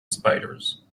spiders